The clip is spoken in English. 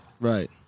Right